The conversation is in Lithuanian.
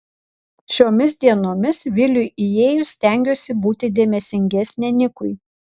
šiomis dienomis viliui įėjus stengiuosi būti dėmesingesnė nikui